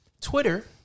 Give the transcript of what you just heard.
Twitter